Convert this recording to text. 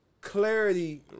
clarity